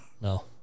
No